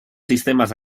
sistemes